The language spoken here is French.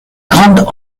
grande